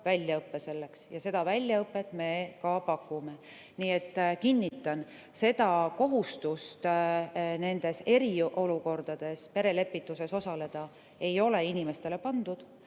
ekstraväljaõppe. Seda väljaõpet me ka pakume. Nii et kinnitan, kohustust nendes eriolukordades perelepituses osaleda ei ole inimestele pandud